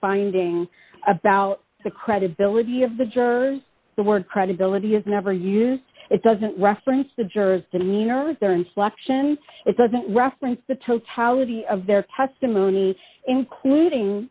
finding about the credibility of the jurors the word credibility is never used it doesn't reference the jurors demeanors their inflection it doesn't reference the totality of their testimony including